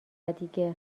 دیگه